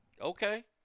Okay